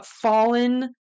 fallen